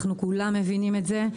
כולנו מבינים את זה.